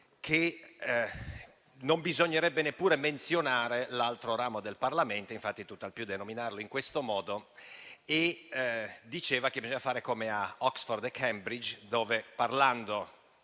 che non bisognerebbe neppure menzionare l'altro ramo del Parlamento, tutt'al più denominandolo in questo modo. Diceva inoltre che bisogna fare come a Oxford e Cambridge, dove, parlando